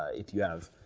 ah if you have,